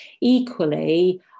equally